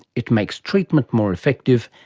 it makes treatment more effective,